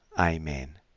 Amen